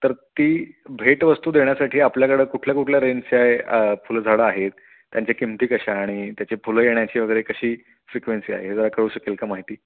तर ती भेटवस्तू देण्यासाठी आपल्याकडं कुठल्या कुठल्या रेंजच्या फुलझाडं आहेत त्यांच्या किमती कशा आणि त्याची फुलं येण्याची वगैरे कशी फ्रिक्वेंसी आहे जर कळू शकेल का माहिती